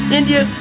India